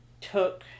took